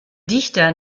dichter